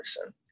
person